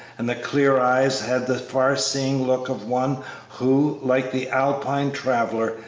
and the clear eyes had the far-seeing look of one who, like the alpine traveller,